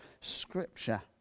Scripture